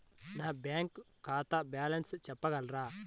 నా బ్యాంక్ ఖాతా బ్యాలెన్స్ చెప్పగలరా?